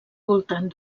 voltant